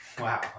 Wow